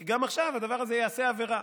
כי גם עכשיו הדבר הזה יעשה עבירה.